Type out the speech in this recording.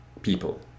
people